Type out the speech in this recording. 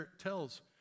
tells